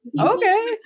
Okay